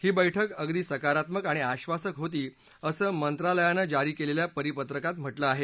ही बैठक अगदी सकारात्मक आणि आब्रासक होती असं मंत्रालय तर्फे जारी करण्यात आलेल्या परिपत्रकात म्हटलं आहे